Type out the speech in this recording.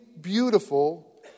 beautiful